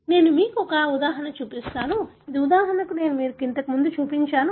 నేను మీకు ఒక ఉదాహరణ చూపిస్తాను ఇది బహుశా నేను మీకు ఇంతకు ముందు చూపించాను